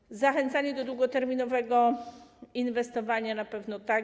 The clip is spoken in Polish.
Chodzi o zachęcanie do długoterminowego inwestowania, na pewno tak.